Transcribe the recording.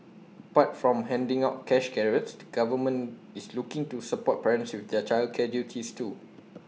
apart from handing out cash carrots the government is looking to support parents with their childcare duties too